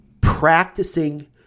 Practicing